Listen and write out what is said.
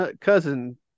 cousin